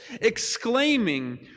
exclaiming